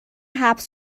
حبس